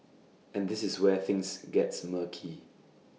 and this is where things gets murky